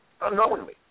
unknowingly